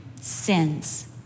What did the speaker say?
sins